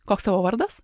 koks tavo vardas